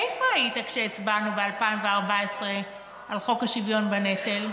איפה היית כשהצבענו ב-2014 על חוק השוויון בנטל?